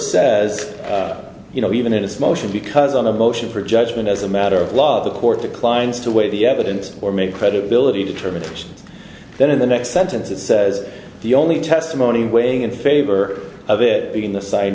says you know even in its motion because on a motion for judgment as a matter of law if the court declines to weigh the evidence or make credibility determined then in the next sentence it says the only testimony weighing in favor of it being the side